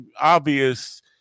obvious